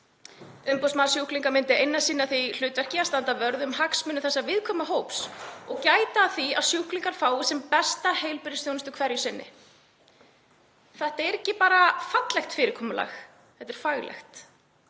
Umboðsmaður sjúklinga myndi einnig sinna því hlutverki að standa vörð um hagsmuni þessa viðkvæma hóps og gæta að því að sjúklingar fái sem besta heilbrigðisþjónustu hverju sinni. Þetta er ekki bara fallegt fyrirkomulag, þetta er faglegt.